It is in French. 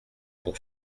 pour